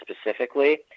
specifically